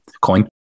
coin